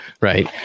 right